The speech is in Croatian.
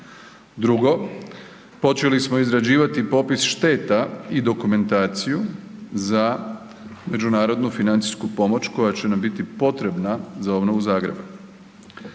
Drugo, počeli smo izrađivati popis šteta i dokumentaciju za međunarodnu financijsku pomoć koja će nam biti potrebna za obnovu Zagreba.